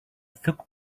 took